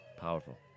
Powerful